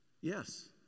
Yes